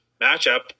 matchup